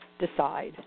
decide